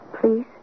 Please